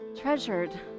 treasured